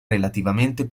relativamente